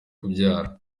kubyara